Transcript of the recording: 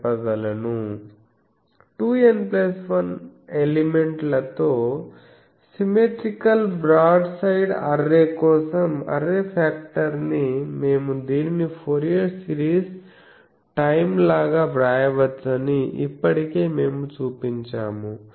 2N 1 element లతో symmetrical broad side array కోసం array ఫాక్టర్ని మేము దీనిని ఫోరియర్ సిరీస్ టైం లాగా వ్రాయవచ్చని ఇప్పటికే మేము చూపించాము